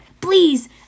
Please